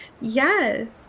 yes